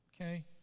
okay